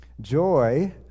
joy